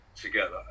together